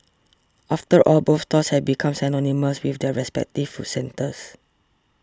after all both stalls have become synonymous with the respective food centres